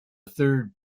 third